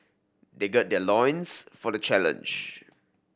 they gird their loins for the challenge